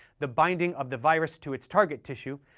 the binding of the virus to its target tissue,